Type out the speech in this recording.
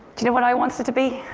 you know what i wanted to be?